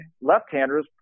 left-handers